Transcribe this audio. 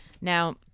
Now